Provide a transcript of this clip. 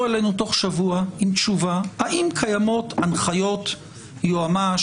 אלינו תוך שבוע עם תשובה האם קיימות הנחיות יועמ"ש,